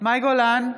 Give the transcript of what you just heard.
מאי גולן,